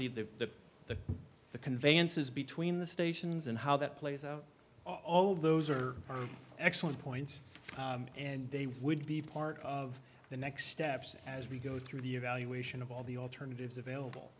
given the the the the conveyances between the stations and how that plays out all those are excellent points and they would be part of the next steps as we go through the evaluation of all the alternatives available